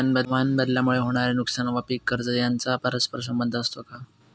हवामानबदलामुळे होणारे नुकसान व पीक कर्ज यांचा परस्पर संबंध असतो का?